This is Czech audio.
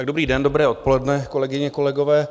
Dobrý den, dobré odpoledne, kolegyně, kolegové.